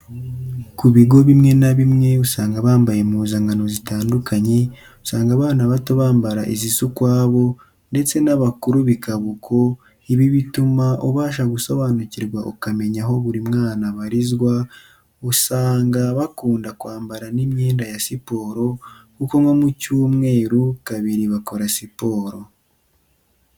Ku bigo bimwe na bimwe usanga bambaye impuzankano zitandukanye, usanga abana bato bambara izisa ukwabo ndetse n'abakuru bikaba uko, ibi bituma ubasha gusobanukirwa ukamenya aho buri mwana abarizwa, usanga bakunda kwambara n'imyenda ya siporo kuko nko mu Cyumweru kabiri bakora siporo.